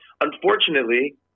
unfortunately